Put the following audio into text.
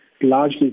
largely